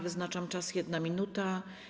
Wyznaczam czas - 1 minuta.